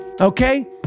okay